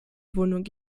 wohnung